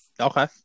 Okay